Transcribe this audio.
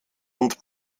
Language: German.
und